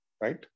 right